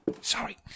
Sorry